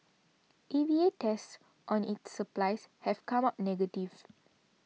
A V A tests on its supplies have come up negative